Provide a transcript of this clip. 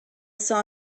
saw